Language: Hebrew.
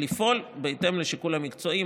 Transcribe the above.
לפעול בהתאם לשיקול המקצועי.